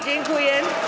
Dziękuję.